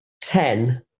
ten